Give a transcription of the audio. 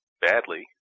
badly